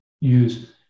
use